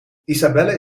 isabelle